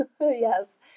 Yes